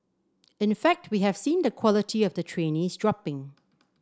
in fact we have seen the quality of the trainees dropping